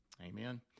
Amen